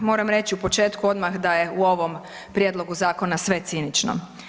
Moram reći u početku odmah da je u ovom Prijedlogu zakona sve cinično.